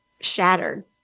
shattered